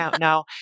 no